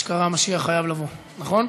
אשכרה, משיח חייב לבוא, נכון?